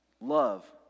Love